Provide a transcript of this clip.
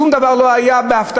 שום דבר לא היה בהפתעה.